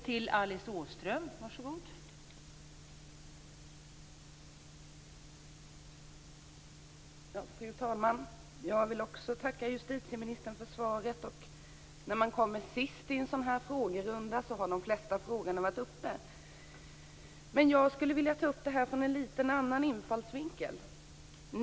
Fru talman! Jag vill också tacka justitieministern för svaret. När man kommer sist i en sådan här frågerunda har de flesta frågorna varit uppe. Men jag skulle vilja ta upp det här från en lite annan infallsvinkel.